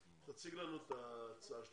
תציג לנו את ההצעה שלכם.